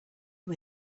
who